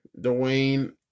Dwayne